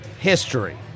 history